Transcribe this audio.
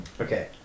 Okay